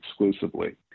exclusively